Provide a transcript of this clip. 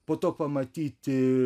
po to pamatyti